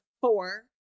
four